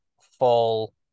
full